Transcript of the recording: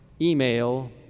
email